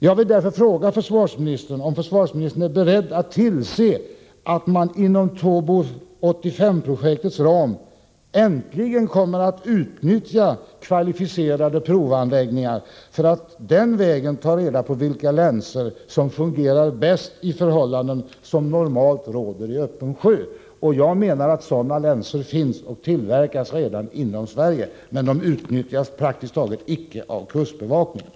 Jag vill därför fråga försvarsministern om han är beredd att tillse att man inom ramen för projektet TOBOS 85 äntligen kommer att utnyttja kvalificerade provanläggningar för att den vägen få reda på vilka länsor som fungerar bäst i de förhållanden som normalt råder i öppen sjö. Jag menar att det finns bra länsor och att sådana tillverkas inom Sverige — men de utnyttjas praktiskt taget inte alls av kustbevakningen.